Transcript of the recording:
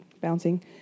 bouncing